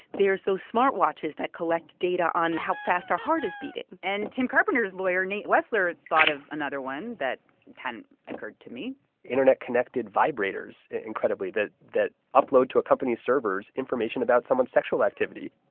there's those smart watches that collect data on how fast our heart is beating and tim carpenter's lawyer, nate wessler, thought of another one that hadn't occurred to me internet-connected vibrators, incredibly, that that upload to a company's servers information about someone's sexual activity